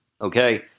Okay